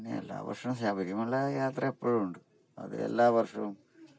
പിന്നെ എല്ലാ വർഷവും ശബരിമല യാത്ര എപ്പഴും ഉണ്ട് അത് എല്ലാ വർഷവും